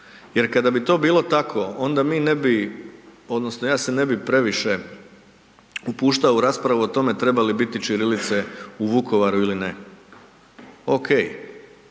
Jer kada bi to bilo tako onda mi ne bi odnosno ja se ne bi previše upuštao u raspravu o tome treba li biti ćirilice u Vukovaru ili ne. Okej,